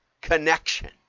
connection